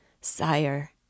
Sire